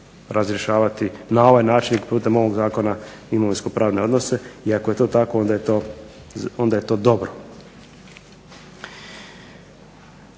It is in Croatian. razrješavati na ovaj način i putem ovog zakona imovinsko-pravne odnose, i ako je to tako onda je to dobro.